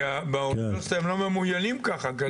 כי באוניברסיטה הם לא ממוינים ככה.